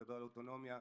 על אוטונומיה.